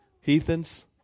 heathens